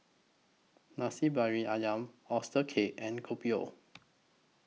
Nasi Briyani Ayam Oyster Cake and Kopi O